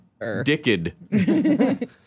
dicked